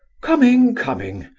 coming, coming,